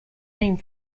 name